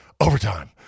Overtime